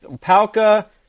Palka